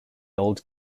old